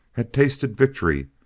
had tasted victory,